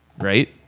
right